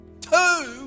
Two